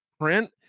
print